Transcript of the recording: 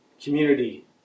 community